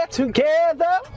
together